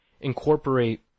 incorporate